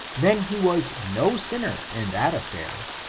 then he was no sinner in that affair,